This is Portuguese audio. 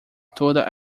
toda